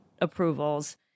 approvals